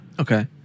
Okay